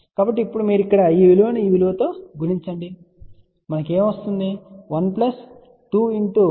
కాబట్టి ఇప్పుడు మీరు ఇక్కడ ఈ విలువను ఈ విలువ తో గుణించాలి మనకు ఏమి లభిస్తుంది